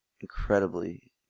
incredibly